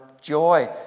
joy